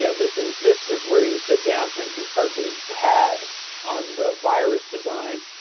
you know this is this is where you sit down and and can start doing tab on the virus design.